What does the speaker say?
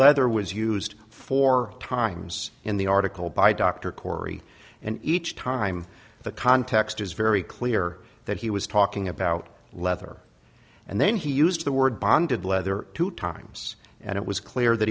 leather was used for times in the article by dr corey and each time the context is very clear that he was talking about leather and then he used the word bonded leather two times and it was clear that